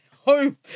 Home